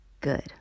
Good